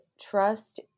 trust